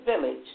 village